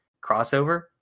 crossover